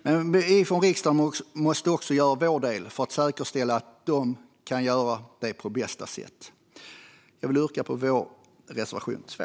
Men vi från riksdagen måste också göra vår del för att säkerställa att branscherna kan göra detta på bästa sätt. Jag yrkar bifall till vår reservation 2.